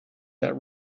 that